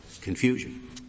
confusion